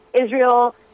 Israel